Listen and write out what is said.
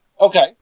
Okay